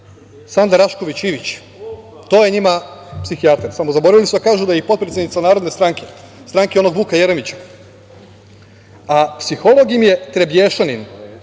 Sanda Rašković Ivić. To je njima psihijatar. Samo, zaboravili su da kažu da je i potpredsednica Narodne stranke, stranke onog Vuka Jeremića. A, psiholog im je Trebješanin,